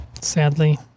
Sadly